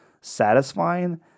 satisfying